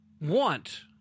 want